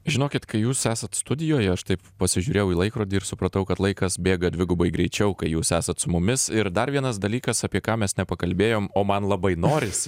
žinokit kai jūs esat studijoje aš taip pasižiūrėjau į laikrodį ir supratau kad laikas bėga dvigubai greičiau kai jūs esat su mumis ir dar vienas dalykas apie ką mes nepakalbėjom o man labai norisi